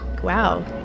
wow